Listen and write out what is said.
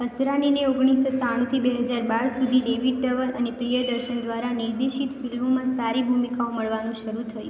અસરાનીને ઓગણીસ સો ત્રાણુંથી બે હજાર બાર સુધી ડેવિડ ધવન અને પ્રિયદર્શન દ્વારા નિર્દેશિત ફિલ્મોમાં સારી ભૂમિકાઓ મળવાનું શરુ થયું